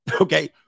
Okay